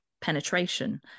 penetration